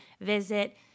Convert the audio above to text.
visit